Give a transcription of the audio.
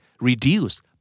Reduce